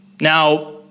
Now